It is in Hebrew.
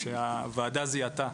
שהוועדה זיהתה,